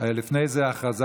לפני זה סגנית